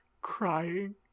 crying